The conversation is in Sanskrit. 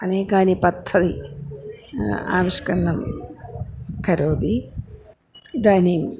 अनेकानि पद्धतिः आविष्करणं करोति इदानीम्